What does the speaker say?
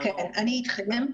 אני איתכם.